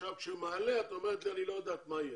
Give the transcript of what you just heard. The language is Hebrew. עכשיו כשהוא מעלה את אומרת לי שאת לא יודעת מה יהיה.